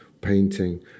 painting